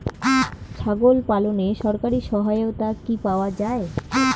ছাগল পালনে সরকারি সহায়তা কি পাওয়া যায়?